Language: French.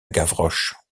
gavroche